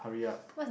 hurry up